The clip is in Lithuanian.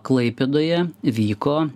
klaipėdoje vyko